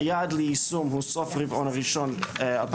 היעד ליישום הוא סוף רבעון ראשון 2023,